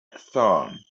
thorn